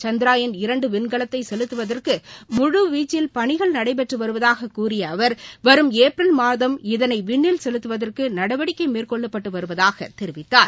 சந்ரயாள் இரண்டு விண்கலத்தை செலுத்துவதற்கு முழுவீச்சில் பணிகள் நடைபெற்று வருவதாகக் கூறிய அவர் வரும் ஏப்ரல் மாதம் இதனை விண்ணில செலுத்துவதற்கு நடவடிக்கை மேற்கொள்ளட்பட்டு வருவதாகத் தெரிவித்தார்